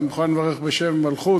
אני מוכן לברך בשם ומלכות,